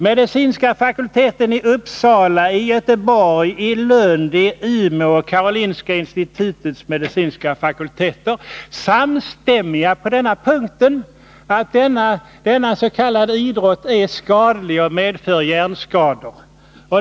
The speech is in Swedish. Medicinska fakulteterna i Uppsala, Göteborg, Lund och Umeå samt Karolinska insitutets medicinska fakultet är samstämmiga på den här punkten: denna s.k. idrott är skadlig, den medför hjärnskador.